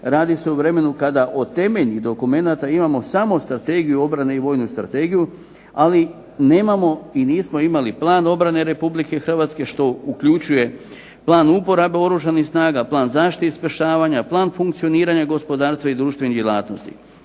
radi se o vremenu kada od temeljnih dokumenata imamo samo strategiju obrane i vojnu strategiju, ali nemamo i nismo imali plan obrane RH što uključuje plan uporabe Oružanih snaga, plan zaštite i spašavanja, plan funkcioniranja gospodarstva i društvenih djelatnosti